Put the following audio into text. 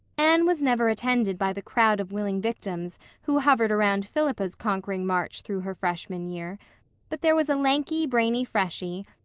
anne was never attended by the crowd of willing victims who hovered around philippa's conquering march through her freshman year but there was a lanky, brainy freshie,